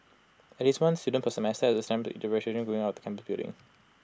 at least one student per semester has attempted to eat the vegetation growing out of campus building